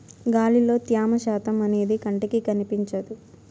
గాలిలో త్యమ శాతం అనేది కంటికి కనిపించదు